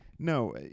No